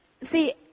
See